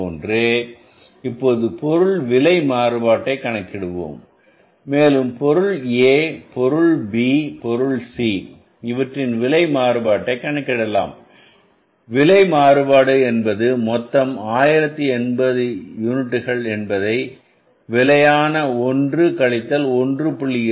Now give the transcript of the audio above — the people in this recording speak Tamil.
அதேபோன்று இப்போது பொருளின் விலை மாறுபாட்டை கணக்கிடுவோம் மேலும் பொருள் A பொருள் B பொருள் C இவற்றின் விலை மாறுபாட்டை கணக்கிடலாம் விலை மாறுபாடு என்பது மொத்தம் 1080 யூனிட்டுகள் என்பதை விலையான ஒன்று கழித்தல் 1